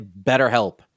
BetterHelp